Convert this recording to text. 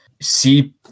See